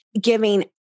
giving